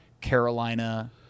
Carolina